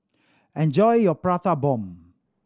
enjoy your Prata Bomb